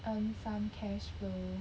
earn some cash flow